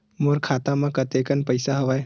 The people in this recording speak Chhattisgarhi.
मोर खाता म कतेकन पईसा हवय?